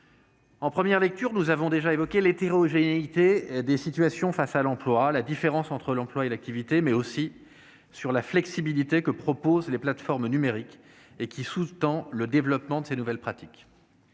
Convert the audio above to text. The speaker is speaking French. En première lecture, nous avons déjà évoqué l'hétérogénéité des situations face à l'emploi, la différence entre l'emploi et l'activité, mais aussi la flexibilité que proposent les plateformes numériques, laquelle sous-tend le développement de ces nouvelles pratiques.